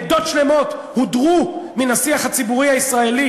עדות שלמות הודרו מן השיח הציבורי הישראלי